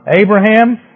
Abraham